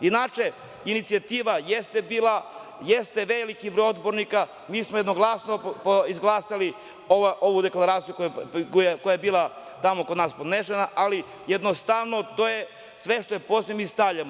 Inače, inicijativa jeste bila, jeste veliki broj odbornika, mi smo jednoglasno izglasali ovu deklaraciju koja je bila tamo kod nas podneta, ali jednostavno sve što je pozitivno mi stavljamo.